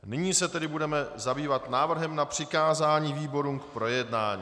Nyní se tedy budeme zabývat návrhem na přikázání výborům k projednání.